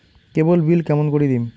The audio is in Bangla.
কেবল বিল কেমন করি দিম?